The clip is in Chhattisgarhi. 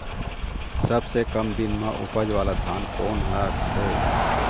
सबसे कम दिन म उपजे वाला धान कोन हर ये?